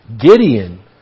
Gideon